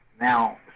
Now